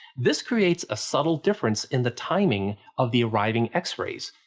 this creates a subtle difference in the timing of the arriving x-rays.